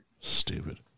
Stupid